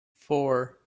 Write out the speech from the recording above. four